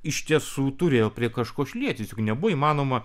iš tiesų turėjo prie kažko šlietis juk nebuvo įmanoma